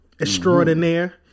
extraordinaire